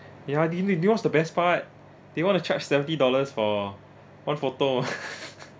ya did did you know what's the best part they want to charge seventy dollars for one photo ah